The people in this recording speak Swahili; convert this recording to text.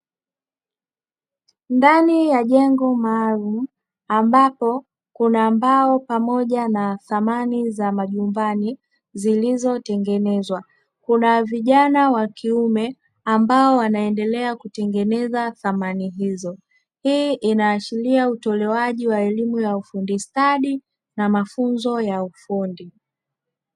Ndani ya jengo maalumu ambapo kuna mbao pamoja na samani za majumbani zilizotengenezwa, kuna vijana wa kiume ambao wanaendelea kutengeneza samani hizo. Hii inaashiria utolewaji wa elimu ya ufundi stadi na mafunzo ya ufundi.